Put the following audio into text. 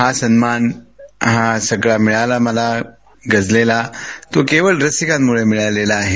हा सन्मान मिळाला मला गझलेला तो केवळ रसीकांमुळे मिळालेला आहे